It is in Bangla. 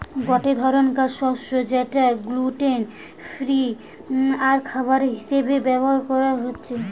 গটে ধরণকার শস্য যেটা গ্লুটেন ফ্রি আরখাবার হিসেবে ব্যবহার হতিছে